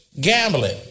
gambling